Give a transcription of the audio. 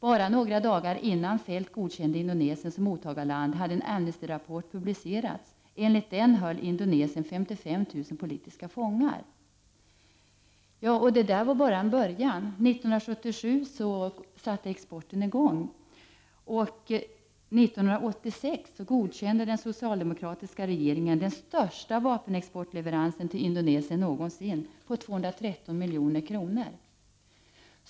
Bara några dagar innan Kjell-Olof Feldt godkände Indonesien som mottagarland hade en Amnestyrapport publicerats. Enligt den höll Indonesien 55 000 politiska fångar. Det där var bara en början. 1977 satte exporten i gång, och 1986 godkände den socialdemokratiska regeringen den största vapenexportleveransen till Indonesien någonsin, en leverans för 213 milj.kr.